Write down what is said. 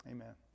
Amen